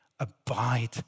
Abide